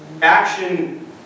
Action